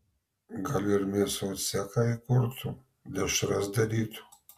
gal ir mėsos cechą įkurtų dešras darytų